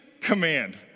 command